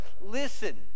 listen